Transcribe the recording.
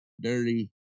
dirty